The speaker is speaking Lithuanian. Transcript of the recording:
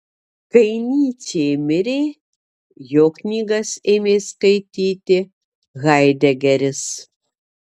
kai nyčė mirė jo knygas ėmė skaityti haidegeris